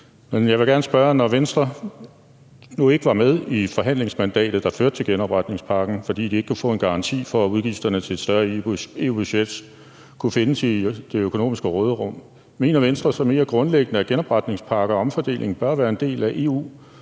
Men jeg vil gerne spørge om noget: Når Venstre nu ikke var med i forhandlingsmandatet, der førte til genopretningspakken, fordi de ikke kunne få en garanti for, at udgifterne til et større EU-budget kunne findes i det økonomiske råderum, mener Venstre så mere grundlæggende, at genopretningspakker og omfordeling bør være en del af EU,